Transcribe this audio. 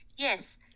Yes